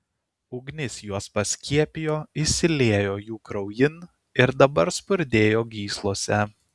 ugnis juos paskiepijo įsiliejo jų kraujin ir dabar spurdėjo gyslose